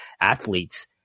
athletes